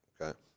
Okay